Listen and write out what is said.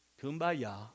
kumbaya